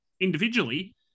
individually